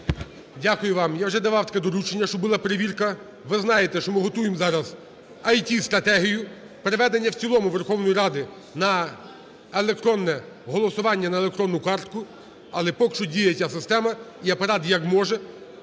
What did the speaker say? Дякую вам. Я вже давав таке доручення, щоб була перевірка. Ви знаєте, що ми готуємо зараз ІТ-стратегію переведення в цілому Верховної Ради на електронне голосування, на електронну картку. Але поки що діє ця система, і Апарат як може